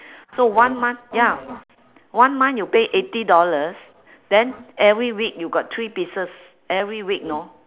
so one month ya one month you pay eighty dollars then every week you got three pieces every week know